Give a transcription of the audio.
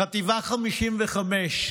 חטיבה 55,